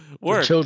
work